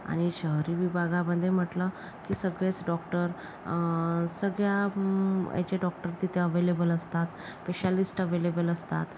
आणि शहरी विभागामध्ये म्हटलं की सगळेच डॉक्टर सगळ्या याचे डॉक्टर तिथे अव्हेलेबल असतात पेशालिस्ट अव्हेलेबल असतात